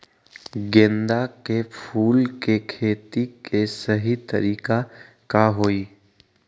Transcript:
गेंदा के फूल के खेती के सही तरीका का हाई?